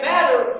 Matter